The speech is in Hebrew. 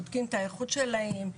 בודקים את האיכות שלהם,